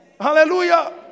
Hallelujah